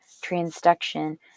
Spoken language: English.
transduction